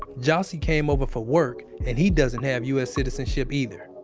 jassy came over for work and he doesn't have u s. citizenship either.